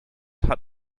hat